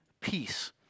peace